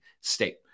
State